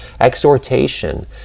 exhortation